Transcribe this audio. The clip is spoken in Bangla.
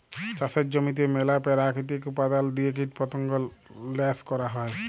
চাষের জমিতে ম্যালা পেরাকিতিক উপাদাল দিঁয়ে কীটপতঙ্গ ল্যাশ ক্যরা হ্যয়